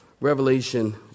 Revelation